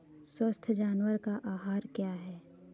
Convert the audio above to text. स्वस्थ जानवर का आहार क्या है?